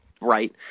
right